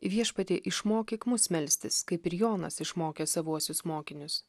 viešpatie išmokyk mus melstis kaip ir jonas išmokė savuosius mokinius